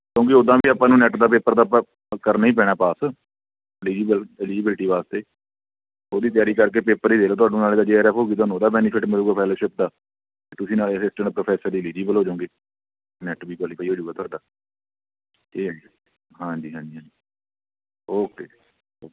ਕਿਉਂਕਿ ਉੱਦਾਂ ਵੀ ਆਪਾਂ ਨੂੰ ਨੈਟ ਦਾ ਪੇਪਰ ਤਾਂ ਆਪਾਂ ਕਰਨਾ ਹੀ ਪੈਣਾ ਪਾਸ ਅਲਿਜੀਬਲ ਅਲਿਜੀਬਿਲਟੀ ਵਾਸਤੇ ਉਹਦੀ ਤਿਆਰੀ ਕਰਕੇ ਪੇਪਰ ਹੀ ਦੇ ਲਓ ਤੁਹਾਨੂੰ ਨਾਲੇ ਤਾਂ ਜੇ ਆਰ ਐੱਫ ਹੋ ਗਈ ਤੁਹਾਨੂੰ ਉਹਦਾ ਬੈਨੀਫਿਟ ਮਿਲੇਗਾ ਫੈਲੋਸ਼ਿਪ ਦਾ ਅਤੇ ਤੁਸੀਂ ਨਾਲੇ ਅਸਿਸਟੈਂਟ ਪ੍ਰੋਫੈਸਰ ਅਲਿਜੀਬਲ ਹੋਜੋਂਗੇ ਨੈਟ ਵੀ ਕੁਆਲੀਫਾਈ ਹੋਜੂਗਾ ਤੁਹਾਡਾ ਹਾਂਜੀ ਹਾਂਜੀ ਹਾਂਜੀ ਓਕੇ ਜੀ